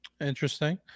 Interesting